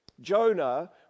Jonah